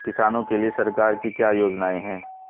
किसानों के लिए सरकार की क्या योजनाएं हैं?